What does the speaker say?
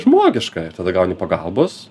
žmogiška ir tada gauni pagalbos